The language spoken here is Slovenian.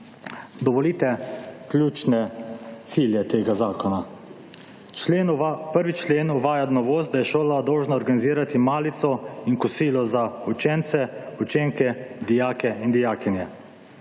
Dovolite ključne cilje tega zakona. Člen uva…, 1. člen uvaja novost, da je šola dolžna organizirati malico in kosilo za učence, učenke, dijake in dijakinje.